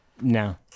No